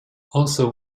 also